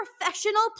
professional